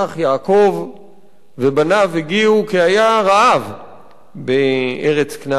יעקב ובניו הגיעו כי היה רעב בארץ כנען,